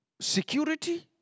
security